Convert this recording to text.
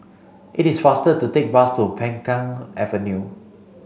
it is faster to take the bus to Peng Kang Avenue